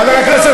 חבר הכנסת